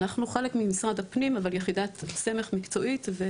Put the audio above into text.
אנחנו חלק ממשרד הפנים אבל יחידת סמך מקצועית.